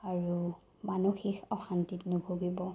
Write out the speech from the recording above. আৰু মানসিক অশান্তিত নুভূগিব